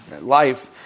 life